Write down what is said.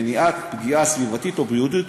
מניעת פגיעה סביבתית או בריאותית